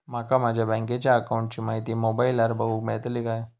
माका माझ्या बँकेच्या अकाऊंटची माहिती मोबाईलार बगुक मेळतली काय?